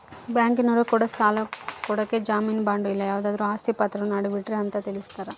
ಬ್ಯಾಂಕಿನರೊ ಕೂಡ ಸಾಲ ಕೊಡಕ ಜಾಮೀನು ಬಾಂಡು ಇಲ್ಲ ಯಾವುದಾದ್ರು ಆಸ್ತಿ ಪಾತ್ರವನ್ನ ಅಡವಿಡ್ರಿ ಅಂತ ತಿಳಿಸ್ತಾರ